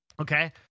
Okay